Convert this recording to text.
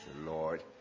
Lord